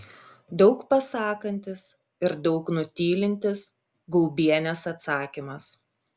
daug pasakantis ir daug nutylintis gaubienės atsakymas